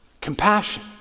Compassion